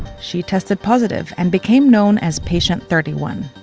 she tested positive and became known as patient thirty one.